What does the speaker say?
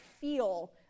feel